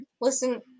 Listen